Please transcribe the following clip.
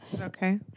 Okay